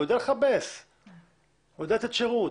הוא יודע לכבס, הוא יודע לתת שירות,